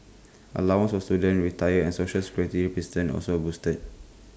allowances for students retirees and Social Security also boosted